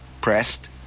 pressed